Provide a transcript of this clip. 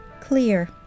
clear